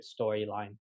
storyline